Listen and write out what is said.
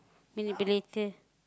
manipulated